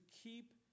keep